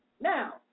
Now